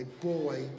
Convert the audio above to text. boy